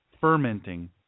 fermenting